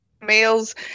Males